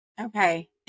Okay